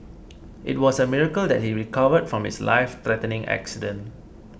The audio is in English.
it was a miracle that he recovered from his life threatening accident